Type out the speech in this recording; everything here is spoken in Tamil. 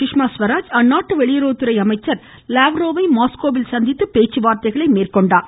சுஷ்மா ஸ்வராஜ் அந்நாட்டு வெளியுறவுத்துறை அமைச்சர் லாவ்ரோவை மாஸ்கோவில் சந்தித்து பேச்சுவார்த்தை நடத்தினார்